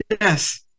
Yes